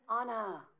Anna